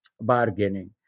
bargaining